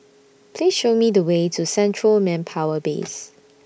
Please Show Me The Way to Central Manpower Base